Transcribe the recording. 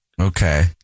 Okay